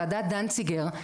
וועדת דנציגר,